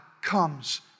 comes